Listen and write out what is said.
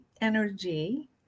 energy